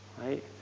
Right